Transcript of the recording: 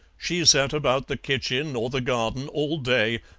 she sat about the kitchen or the garden all day,